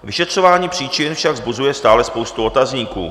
Vyšetřování příčin však vzbuzuje stále spoustu otazníků.